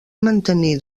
mantenir